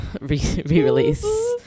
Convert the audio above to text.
re-release